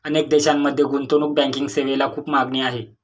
अनेक देशांमध्ये गुंतवणूक बँकिंग सेवेला खूप मागणी आहे